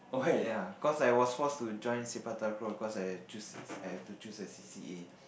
ya cause I was forced to join Sepak takraw cause I have to choose a I have to choose a c_c_a